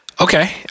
Okay